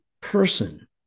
person